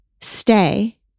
stay